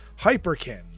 Hyperkin